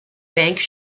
banks